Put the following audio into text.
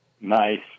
Nice